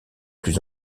plus